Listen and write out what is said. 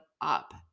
up